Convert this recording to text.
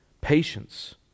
patience